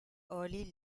early